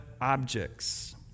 objects